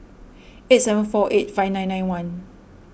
eight seven four eight five nine nine one